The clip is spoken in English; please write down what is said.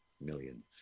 millions